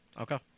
Okay